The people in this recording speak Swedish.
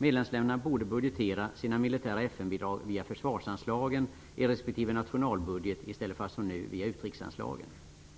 Medlemsländerna borde budgetera sina militära FN-bidrag via försvarsanslagen i respektive nationalbudget i stället för, som nu är fallet, via utrikesanslagen.